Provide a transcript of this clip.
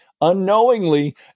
unknowingly